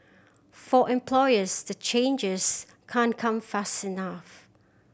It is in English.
for employers the changes can't come fast enough